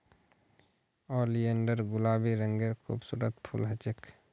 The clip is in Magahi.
ओलियंडर गुलाबी रंगेर खूबसूरत फूल ह छेक